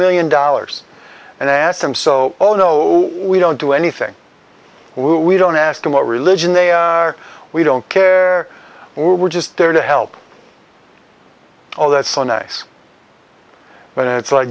million dollars and i asked them so oh no we don't do anything we don't ask them what religion they are we don't care we're just there to help all that's so nice but it's like